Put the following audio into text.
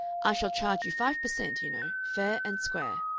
i shall charge you five per cent, you know, fair and square.